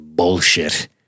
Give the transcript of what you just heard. Bullshit